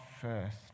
first